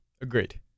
Agreed